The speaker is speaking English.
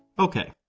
okay,